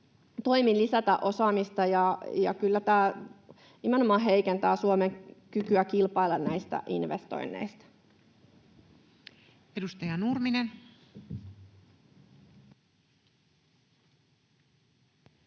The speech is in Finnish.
täsmätoimin lisätä osaamista. Kyllä tämä nimenomaan heikentää Suomen kykyä kilpailla näistä investoinneista. Edustaja Nurminen. Arvoisa